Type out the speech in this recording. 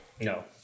No